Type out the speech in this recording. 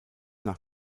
nach